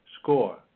score